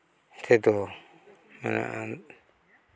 ᱛᱮᱫᱚ ᱢᱮᱱᱟᱜ ᱟᱱ